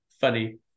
funny